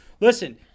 Listen